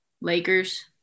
Lakers